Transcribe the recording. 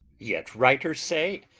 yet writers say,